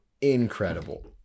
Incredible